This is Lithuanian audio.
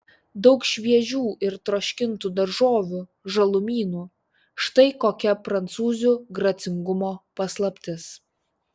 daug šviežių ir troškintų daržovių žalumynų štai kokia prancūzių gracingumo paslaptis